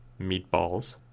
Meatballs